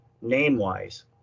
name-wise